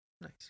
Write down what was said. Nice